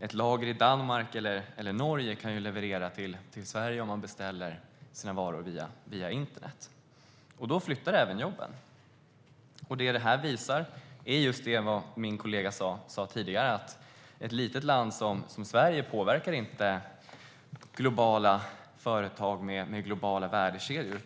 Ett lager i Danmark eller Norge kan leverera till Sverige om man beställer sina varor via internet. Då flyttar även jobben. Det som detta visar är just det som min kollega sa tidigare, nämligen att ett litet land som Sverige inte påverkar globala företag med globala värdekedjor.